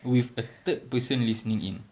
with a third people listening in